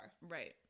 Right